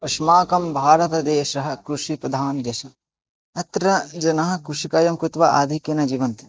अस्माकं भारतदेशः कृषिप्रधानदेशः अत्र जनाः कृषिकार्यं कृत्वा आधिक्येन जीवन्ति